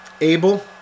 Abel